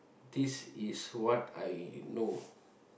this is what I know